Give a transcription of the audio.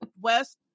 west